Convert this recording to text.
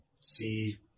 see